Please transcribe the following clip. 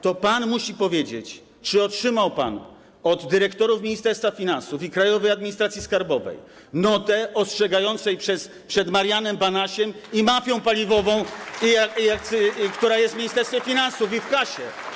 To pan musi powiedzieć, czy otrzymał pan od dyrektorów Ministerstwa Finansów i Krajowej Administracji Skarbowej notę ostrzegającą przed Marianem Banasiem i mafią paliwową, która jest w Ministerstwie Finansów i KAS.